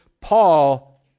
Paul